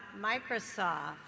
Microsoft